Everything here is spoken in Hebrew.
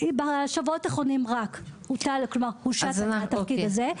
רק בשבועות האחרונים אושר התפקיד הזה,